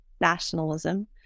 nationalism